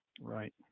right